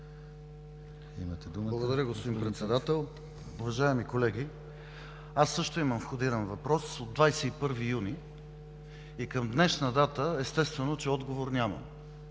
Благодаря Ви, господин Председател. Уважаеми колеги, аз също имам входиран въпрос от 21 юни, и към днешна дата естествено, че отговор няма.